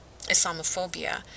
Islamophobia